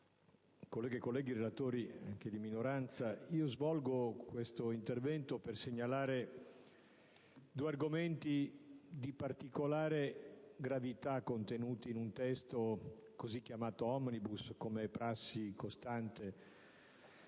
Governo, colleghi relatori di maggioranza e di minoranza, svolgo questo intervento per segnalare due argomenti di particolare gravità contenuti in un testo chiamato *omnibus*, prassi costante